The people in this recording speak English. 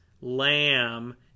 Lamb